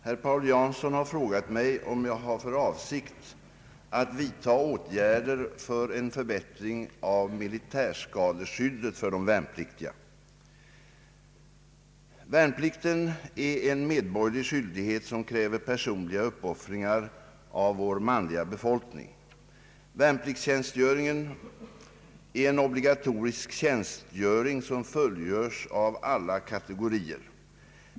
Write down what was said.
Herr talman! Herr Paul Jansson har frågat mig om jag har för avsikt att vidta åtgärder för en förbättring av militärskadeskyddet för de värnpliktiga. Värnplikten är en medborgerlig skyldighet som kräver personliga uppoffringar av vår manliga befolkning. Värnpliktstjänstgöringen är en obligatorisk tjänstgöring som fullgörs av alla kategorier.